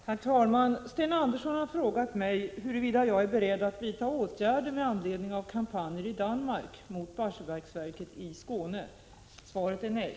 Herr talman! Sten Andersson i Malmö har frågat mig huruvida jag är beredd att vidta åtgärder med anledning av kampanjer i Danmark mot Barsebäcksverket i Skåne. Svaret är nej!